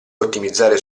ottimizzare